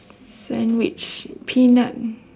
sandwich peanut